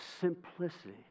simplicity